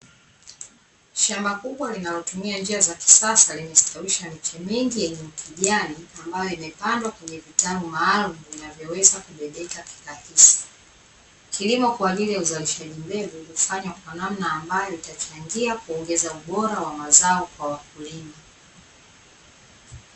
Shamba kubwa linalotumia njia za kisasa, limestawisha miche mingi yenye ukijani, ambayo imepandwa kwenye vitalu maalumu vinavyoweza kubebeka kiurahisi. Kilimo kwa ajili ya uzalishaji mbegu hufanywa kwa namna ambayo, itachangia kuongeza ubora wa mazao kwa wakulima.